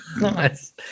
Nice